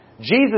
Jesus